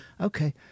okay